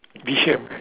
V shaped